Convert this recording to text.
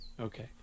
Okay